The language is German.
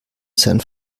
san